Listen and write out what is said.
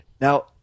Now